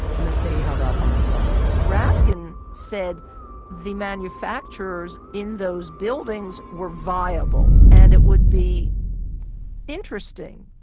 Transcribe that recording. and the city held off on their plan rapkin said the manufacturers in those buildings were viable, and it would be interesting,